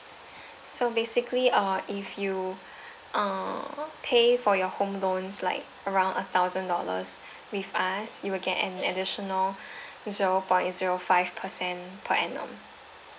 so basically uh if you uh pay for your home loans like around a thousand dollars with us you will get an additional zero point zero five percent per annum